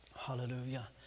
Hallelujah